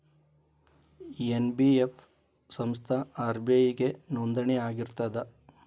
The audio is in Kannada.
ಎನ್.ಬಿ.ಎಫ್ ಸಂಸ್ಥಾ ಆರ್.ಬಿ.ಐ ಗೆ ನೋಂದಣಿ ಆಗಿರ್ತದಾ?